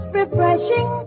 refreshing